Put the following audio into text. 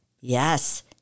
Yes